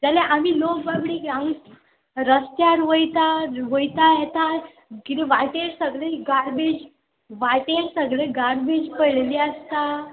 जाल्यार आमी लोक बाबडी आमी रस्त्यार वयता वयता येतात किदें वाटेर सगळे गार्बेज वाटेर सगळें गार्बेज पडलेली आसता